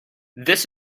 this